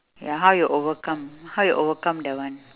ya how you overcome how you overcome that one